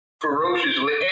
Ferociously